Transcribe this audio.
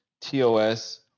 TOS